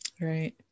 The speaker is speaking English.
right